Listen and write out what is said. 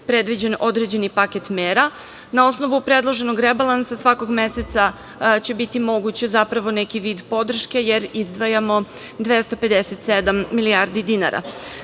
predviđen određeni paket mera. Na osnovu predloženog rebalansa svakog meseca će biti moguć neki vid podrške, jer izdvajamo 257 milijardi dinara. Dakle,